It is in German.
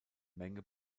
menge